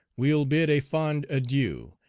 we'll bid a fond adieu,